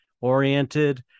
oriented